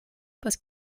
post